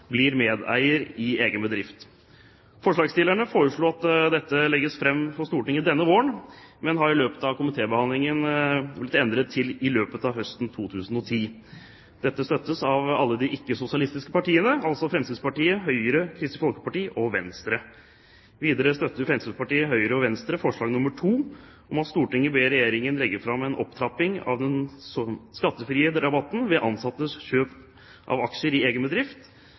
blir medeiere i egen bedrift». Forslagsstillerne foreslo at dette skulle legges fram for Stortinget denne våren, men ordlyden har i løpet av komitébehandlingen blitt endret til «i løpet av høsten 2010». Dette støttes av alle de ikke-sosialistiske partiene, altså Fremskrittspartiet, Høyre, Kristelig Folkeparti og Venstre. Videre fremmer Fremskrittspartiet, Høyre og Venstre forslag nr. 2: «Stortinget ber regjeringen legge frem forslag til en opptrapping av den skattefrie rabatten ved ansattes kjøp av aksjer i egen bedrift,